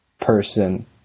person